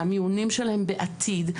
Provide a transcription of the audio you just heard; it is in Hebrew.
שהמיונים שלהם בעתיד,